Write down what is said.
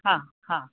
हा हा